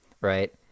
right